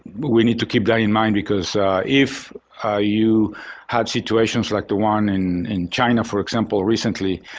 we need to keep that in mind because if you have situations like the one in in china, for example, recently,